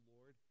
Lord